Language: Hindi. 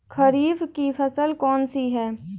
खरीफ की फसल कौन सी है?